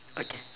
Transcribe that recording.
okay